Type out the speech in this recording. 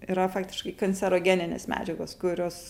yra faktiškai kancerogeninės medžiagos kurios